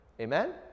Amen